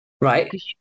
Right